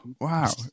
wow